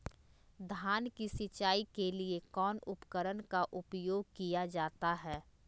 धान की सिंचाई के लिए कौन उपकरण का उपयोग किया जाता है?